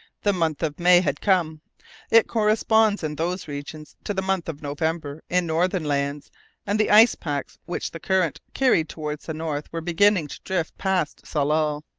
the month of may had come it corresponds in those regions to the month of november in northern lands and the ice-packs which the current carried towards the north were beginning to drift past tsalal.